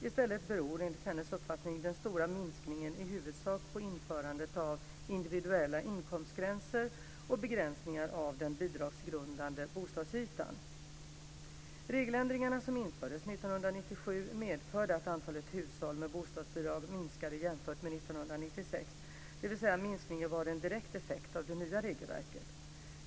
I stället beror, enligt hennes uppfattning, den stora minskningen i huvudsak på införandet av individuella inkomstgränser och begränsningar av den bidragsgrundande bostadsytan. Regeländringarna som infördes 1997 medförde att antalet hushåll med bostadsbidrag minskade jämfört med 1996, dvs. minskningen var en direkt effekt av det nya regelverket.